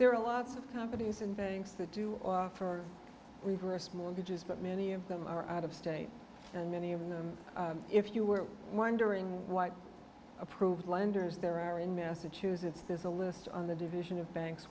there are lots of companies and banks that do for reverse mortgages but many of them are out of state and many of them if you were wondering what approved lenders there are in massachusetts there's a list on the division of bank